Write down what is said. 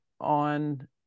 on